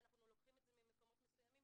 ואנחנו לוקחים את זה ממקומות מסוימים